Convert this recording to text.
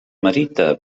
merita